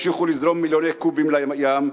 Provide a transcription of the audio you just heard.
ימשיכו לזרום מיליוני קוב לים,